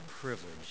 privilege